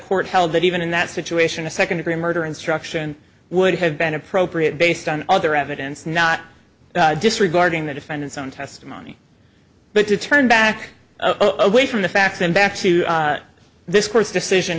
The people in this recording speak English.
court held that even in that situation a second degree murder instruction would have been appropriate based on other evidence not disregarding the defendant's own testimony but to turn back away from the facts and back to this court's decision